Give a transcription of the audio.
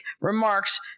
remarks